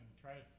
Try